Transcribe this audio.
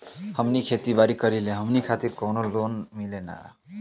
हम खेती बारी करिला हमनि खातिर कउनो लोन मिले ला का?